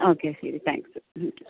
okay ശരി thanks